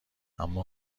اما